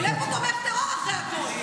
עולה פה תומך טרור, אחרי הכול.